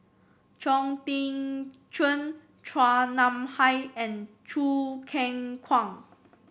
Chong Tze Chien Chua Nam Hai and Choo Keng Kwang